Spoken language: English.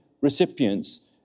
recipients